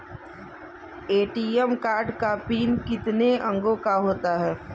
ATM card का PIN कितने अंकों का होता है?